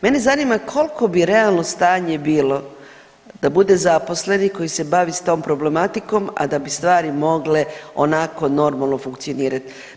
Mene zanima koliko bi realno stanje bilo da bude zaposlenih koji se bave s tom problematikom, a da bi stvari mogle onako normalno funkcionirati.